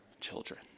children